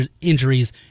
injuries